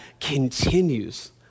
continues